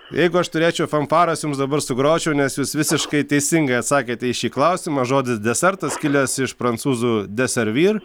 jeigu aš turėčiau fanfaras jums dabar sugročiau nes jūs visiškai teisingai atsakėte į šį klausimą žodis desertas kilęs iš prancūzų deservir